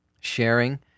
Sharing